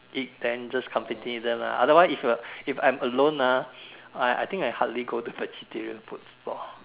eat then just accompany them ah otherwise if I if I'm alone ah I think I hardly go to vegetarian food store